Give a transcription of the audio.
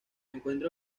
encuentra